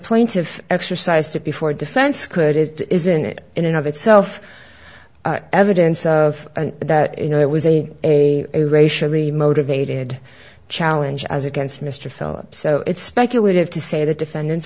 plaintiff exercised it before defense could it isn't it in and of itself evidence of that you know it was a a racially motivated challenge as against mr philip so it's speculative to say that defendant